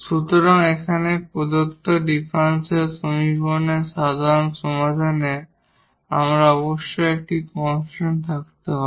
সুতরাং এখানে প্রদত্ত ডিফারেনশিয়াল সমীকরণের সাধারণ সমাধানে আমাদের অবশ্যই একটি কনস্ট্যান্ট থাকতে হবে